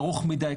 ארוך מדי,